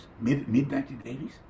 Mid-1980s